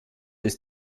ist